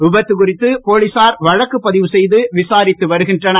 விபத்து குறித்து போலீசார் வழக்கு பதிவு செய்து விசாரித்து வருகின்றனர்